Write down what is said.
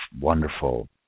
wonderful